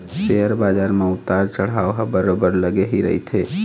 share बजार म उतार चढ़ाव ह बरोबर लगे ही रहिथे